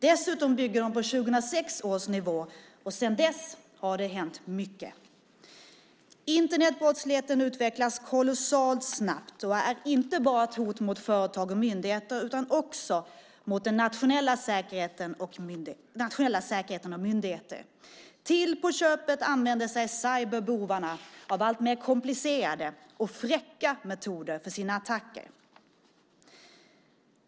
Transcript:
Dessutom bygger de på 2006 års nivå, och sedan dess har det hänt mycket. Internetbrottsligheten utvecklas kolossalt snabbt och är inte bara ett hot mot företag och privatpersoner utan också mot den nationella säkerheten och myndigheter. Till på köpet använder sig cyberbovarna av alltmer komplicerade och fräcka metoder för sina attacker.